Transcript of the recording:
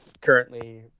currently